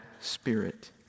spirit